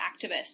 activists